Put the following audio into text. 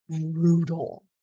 brutal